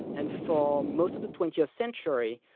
and for most of the twentieth century,